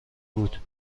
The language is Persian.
بود